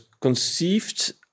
conceived